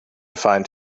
find